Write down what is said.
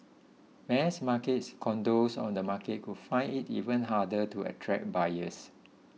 mass markets condos on the market could find it even harder to attract buyers